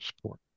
support